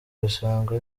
bisanzwe